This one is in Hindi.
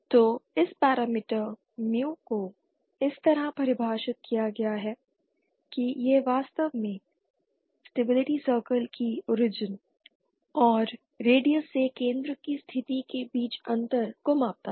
तो इस पैरामीटर mu को इस तरह परिभाषित किया गया है कि यह वास्तव में स्टेबिलिटी सर्कल की ओरिजिन और रेडियस से केंद्र की स्थिति के बीच अंतर को मापता है